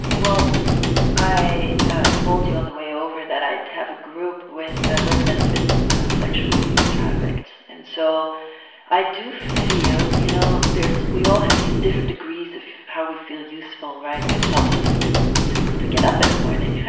well i ah told you on the way over that i'd have a group with ah women that have been sexually trafficked and so i do feel, you know, there's we all have these different degrees of how we feel useful, right? which helps us to to get up in the morning, right?